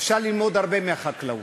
אפשר ללמוד הרבה מהחקלאות,